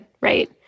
right